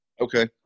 Okay